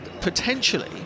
potentially